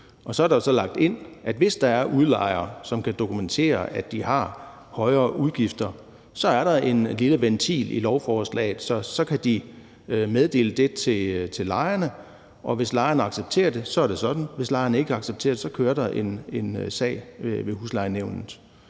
Og så er der så lagt ind, at hvis der er udlejere, som kan dokumentere, at de har højere udgifter, så er der en lille ventil i lovforslaget, og så kan de meddele det til lejerne, og hvis lejerne accepterer det, så er det sådan, og hvis lejerne ikke accepterer det, kører der en sag ved huslejenævnet.